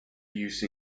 use